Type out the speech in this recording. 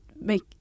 make